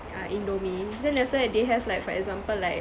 ah Indomie then after that they have like for example like